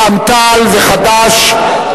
רע"ם-תע"ל וחד"ש,